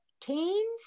teens